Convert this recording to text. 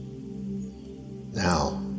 Now